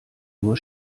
nur